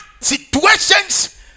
situations